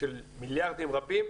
של מיליארדים רבים,